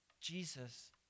Jesus